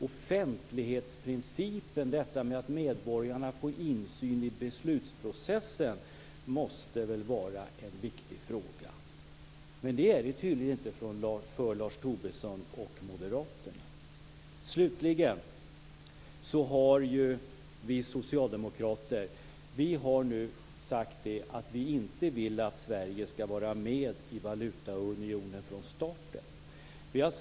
Offentlighetsprincipen, detta att medborgarna får insyn i beslutsprocessen, måste väl vara en viktig fråga. Men det är det tydligen inte för Lars Tobisson och Moderaterna. Slutligen har vi socialdemokrater sagt att vi inte vill att Sverige skall vara med i valutaunionen från starten.